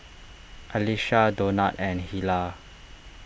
Alisha Donat and Hilah